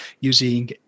using